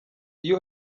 iyo